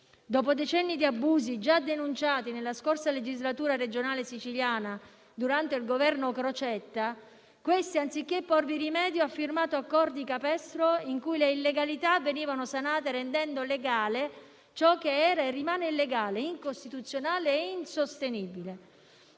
Dopo decenni di abusi già denunciati nella scorsa legislatura regionale siciliana durante il governo Crocetta, questi, anziché porvi rimedio, ha firmato accordi capestro in cui le illegalità venivano sanate rendendo legale ciò che era e rimane illegale, incostituzionale e insostenibile.